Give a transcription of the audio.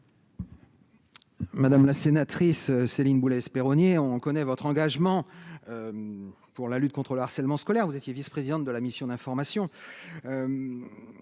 Madame la sénatrice Céline Boulay-Espéronnier on connaît votre engagement pour la lutte contre le harcèlement scolaire, vous étiez vice-présidente de la mission d'information,